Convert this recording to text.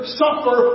suffer